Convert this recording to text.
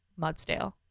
Mudsdale